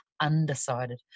undecided